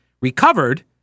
recovered